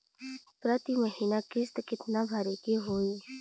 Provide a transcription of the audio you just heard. प्रति महीना किस्त कितना भरे के होई?